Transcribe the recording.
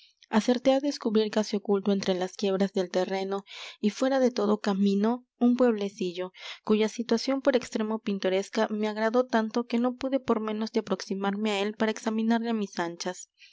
acerté á descubrir casi oculto entre las quiebras del terreno y fuera de todo camino un pueblecillo cuya situación por extremo pintoresca me agradó tanto que no pude por menos de aproximarme á él para examinarle á mis anchas